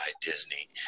Disney